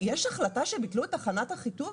יש החלטה שביטלו את תחנת אחיטוב.